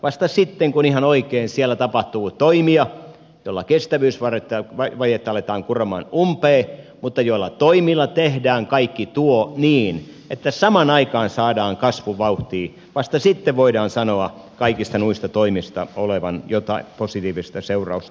vasta sitten kun ihan oikein siellä tapahtuu toimia joilla kestävyysvajetta aletaan kuromaan umpeen mutta joilla toimilla tehdään kaikki tuo niin että samaan aikaan saadaan kasvu vauhtiin voidaan sanoa kaikista noista toimista olevan jotain positiivista seurausta